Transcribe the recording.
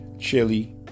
Chili